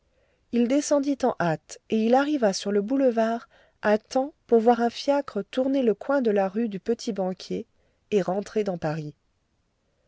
il descendit en hâte et il arriva sur le boulevard à temps pour voir un fiacre tourner le coin de la rue du petit-banquier et rentrer dans paris